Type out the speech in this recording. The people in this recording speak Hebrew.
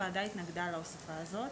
הוועדה התנגדה להוספה הזאת.